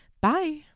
Bye